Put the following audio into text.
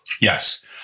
Yes